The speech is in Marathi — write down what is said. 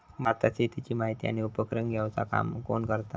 भारतात शेतीची माहिती आणि उपक्रम घेवचा काम कोण करता?